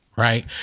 Right